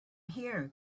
here